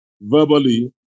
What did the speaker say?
verbally